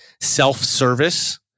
self-service